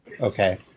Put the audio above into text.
Okay